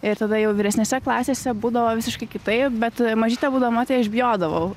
ir tada jau vyresnėse klasėse būdavo visiškai kitaip bet mažytė būdama tai aš bijodavau